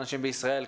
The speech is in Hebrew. בישראל,